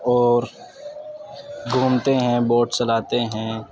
اور گھومتے ہیں بوٹ چلاتے ہیں